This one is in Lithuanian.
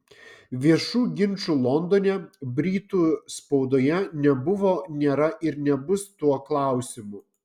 viešų ginčų londone britų spaudoje nebuvo nėra ir nebus tuo klausimu